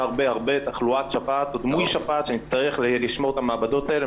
תחלואת שפעת או דמוי שפעת שנצטרך לשמור את המעבדות האלה,